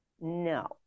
No